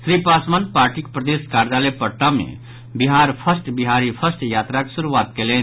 श्री पासवान पार्टीक प्रदेश कार्यालय पटना मे बिहार फर्सट बिहारी फर्सट यात्राक शुरूआत कयलनि